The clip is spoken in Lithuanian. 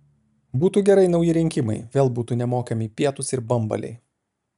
būtų gerai nauji rinkimai vėl būtų nemokami pietūs ir bambaliai